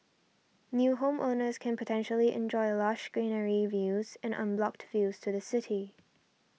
new homeowners can potentially enjoy lush greenery views and unblocked views to the city